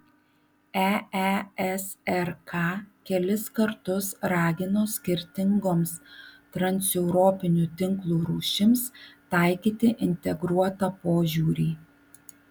eesrk kelis kartus ragino skirtingoms transeuropinių tinklų rūšims taikyti integruotą požiūrį